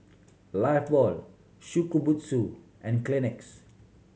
Lifebuoy Shokubutsu and Kleenex